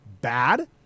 bad